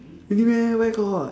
really meh where got